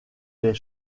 les